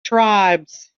tribes